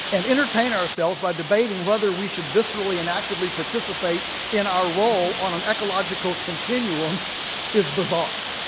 and entertain ourselves by debating whether we should viscerally and actively participate in our role on an ecological continuum is bizarre.